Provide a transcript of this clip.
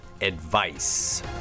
Advice